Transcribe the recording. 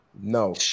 No